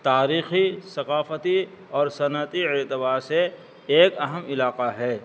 تاریخی ثقافتی اور صنعتی اتبا سے ایک اہم علاقہ ہے